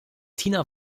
tina